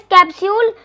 Capsule